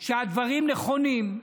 על כך שהדברים נכונים,